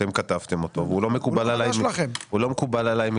אתם כתבתם אותו והוא לא מקובל עליי.